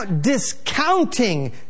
Discounting